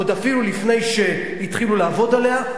עוד אפילו לפני שהתחילו לעבוד עליה,